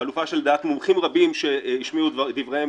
חלופה שלדעת מומחים רבים שהשמיעו את דבריהם